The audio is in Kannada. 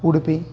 ಉಡುಪಿ